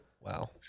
Wow